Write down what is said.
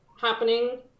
happening